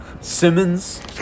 Simmons